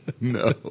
No